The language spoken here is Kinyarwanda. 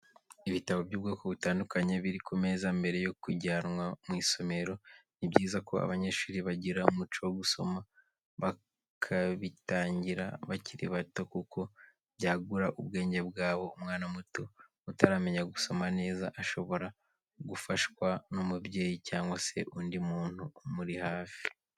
Ibitabo by'ubwoko butandukanye biri ku meza mbere yo kujyanwa mu isomero, ni byiza ko abanyeshuri bagira umuco wo gusoma bakabitangira bakiri bato, kuko byagura ubwenge bwabo, umwana muto utaramenya gusoma neza ashobora gufashwa n'umubyeyi cyangwa se undi muntu umuri hafi.